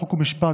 חוק ומשפט,